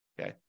Okay